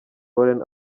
warren